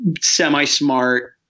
semi-smart